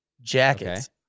Jackets